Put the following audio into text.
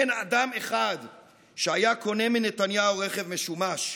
אין אדם אחד שהיה קונה מנתניהו רכב משומש.